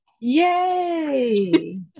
yay